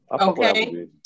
Okay